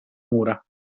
mura